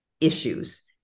issues